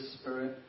spirit